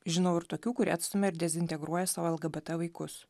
žinau ir tokių kurie atstumia ir dezintegruoja savo lgbt vaikus